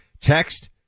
Text